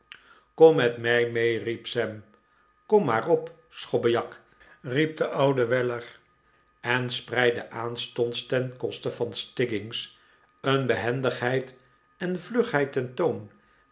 kom met mij mee riep sam kom maar op schobbejak riep de oude weller en spreidde aanstonds ten koste van stiggins een behendigheid en vlugheid ten toon